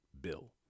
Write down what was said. Bill